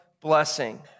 blessing